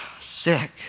sick